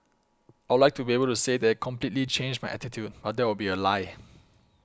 I would like to be able to say that it completely changed my attitude but that would be a lie